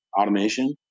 automation